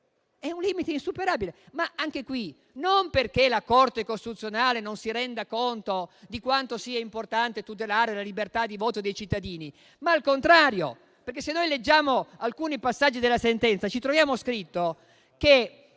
considerato insuperabile, e non perché la Corte costituzionale non si renda conto di quanto sia importante tutelare la libertà di voto dei cittadini, ma al contrario. Se noi leggiamo alcuni passaggi della sentenza, ci troviamo scritto che